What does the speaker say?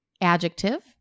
Adjective